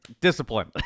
discipline